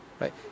Right